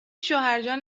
شوهرجان